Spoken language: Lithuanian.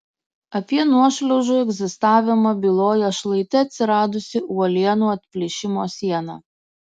apie nuošliaužų egzistavimą byloja šlaite atsiradusi uolienų atplyšimo siena